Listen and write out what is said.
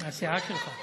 את לא טוקבקיסטית,